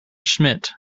schmidt